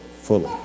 fully